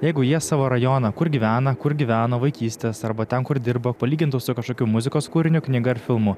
jeigu jie savo rajoną kur gyvena kur gyveno vaikystės arba ten kur dirba palygintų su kažkokiu muzikos kūriniu knyga ar filmu